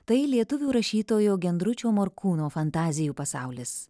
tai lietuvių rašytojo gendručio morkūno fantazijų pasaulis